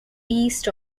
east